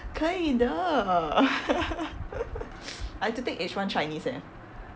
可以的 I had to take H one chinese eh